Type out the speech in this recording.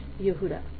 Yehuda